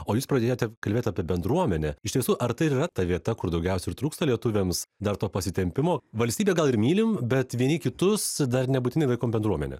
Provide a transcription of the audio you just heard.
o jūs pradėjote kalbėt apie bendruomenę iš tiesų ar tai yra ta vieta kur daugiausiai ir trūksta lietuviams dar to pasitempimo valstybę gal ir mylim bet vieni kitus dar nebūtinai laikom bendruomene